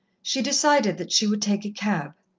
she decided that she would take a cab.